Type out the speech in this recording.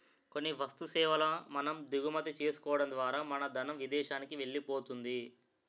కొన్ని వస్తు సేవల మనం దిగుమతి చేసుకోవడం ద్వారా మన ధనం విదేశానికి వెళ్ళిపోతుంది